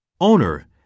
Owner